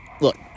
Look